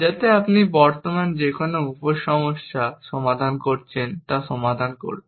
যাতে আপনি বর্তমান যে কোন উপ সমস্যা সমাধান করছেন তা সমাধান করতে